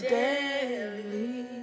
daily